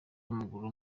w’amaguru